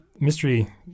mystery